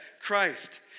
Christ